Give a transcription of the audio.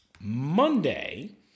Monday